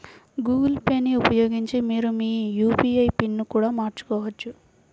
Google Pay ని ఉపయోగించి మీరు మీ యూ.పీ.ఐ పిన్ని కూడా మార్చుకోవచ్చు